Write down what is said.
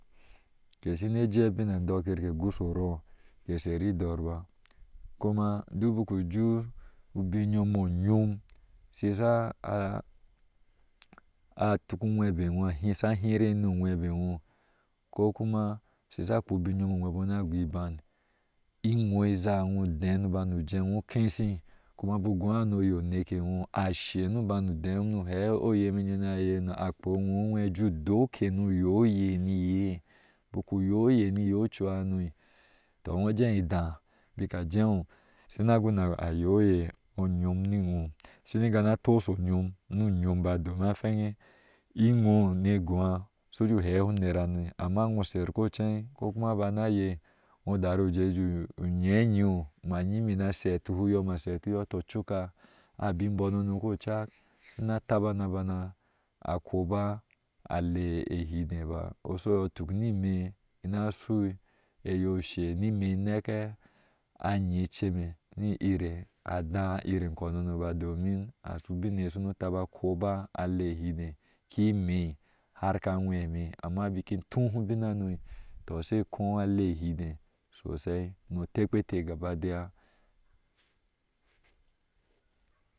Ke sine jee bin andɔker ke goho rɔɔ ice sher idor ba, kuma duk bik uju ubin nyomo o nyom sisha a tuk uwebeɔɔ hiri enti awebawes, ko kuma shisha kpo ubin o webewɔɔ shina goo iban inwɔɔ izawɔɔ dee nubari jee wɔɔ keshi kuma bik u goo ano oye uneke wɔɔ ashe ni banɔ dea ni hom nu he oye me yime a kpo wɔɔ we doke nu ye oye in iye, bok u ye oye ni iye ocuha. Tɔ wuje ke bik a je wɔɔ shiguna ye aye oyom ni wɔɔ shini gana teshi onyum ba ukimm afen i wɔɔ ne gowa shuje hehuner hano, amma waɔ shar ke cei kokuma behuner hano amma wsj shar ke cei kokuma bakna yee was taru jee ju yihee ayiwɔɔ yime na shetuhuyɔɔ nashetuhu uyɔɔ cok a bin bɔɔ nono ku cak, sihina taba na bara a koba lehiwe ba osuyesutuk ni me nasu oye use ni nek. e anyi ecema ni are adaairi inkonono domin ashu ubin eye chinataba koba aea hid kime harke aŋweme amma bik in tuke ubin hanotɔ shin lea ihede sosai no otekpate gaba daya.